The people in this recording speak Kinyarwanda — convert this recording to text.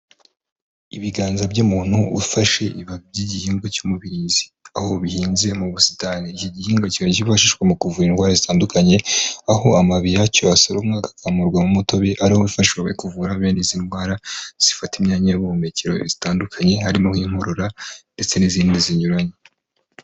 Ibiganza by'umuntu ufasheb ibabi ry'igihingwa cy'umubirizi, aho bihinze mu busitani, iki gihingwa kikaba cyifashishwa mu kuvura indwara zitandukanye, aho amababi yacyo asoromwa agakamurwamo umutobe, ariwo ufasha abari kuvura bene izi ndwara zifata imyanya y'ubuhumekero zitandukanye, harimo nk'inkorora ndetse n'izindi zinyuranye.